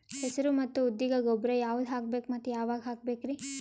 ಹೆಸರು ಮತ್ತು ಉದ್ದಿಗ ಗೊಬ್ಬರ ಯಾವದ ಹಾಕಬೇಕ ಮತ್ತ ಯಾವಾಗ ಹಾಕಬೇಕರಿ?